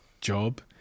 job